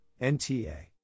nta